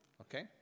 Okay